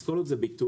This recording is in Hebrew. כל עוד זה ביטול,